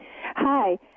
Hi